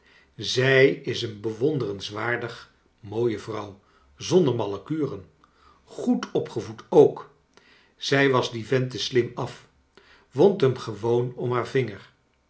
zij is een bewonderenswaardig mooie vrouw zonder malle kuren jjoed opgevoed ook zij was dien vent te slim af wond hem gewoon om haar vinger